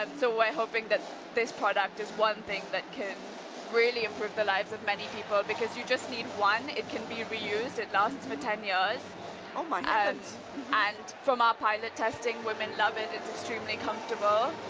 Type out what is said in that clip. and so we're hoping that this product is one thing that can really improve the lives of many people because you just need one, it can be reused, it lasts for ten years um ah and and from our pilot testing, women love it, it's extremely comfortable.